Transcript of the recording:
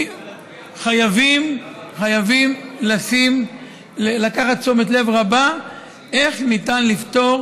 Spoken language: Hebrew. חייבים לתת תשומת לב רבה לשאלה איך ניתן לפתור